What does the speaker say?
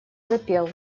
запел